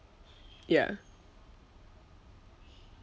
ya